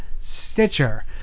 Stitcher